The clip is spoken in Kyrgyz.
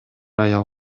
аял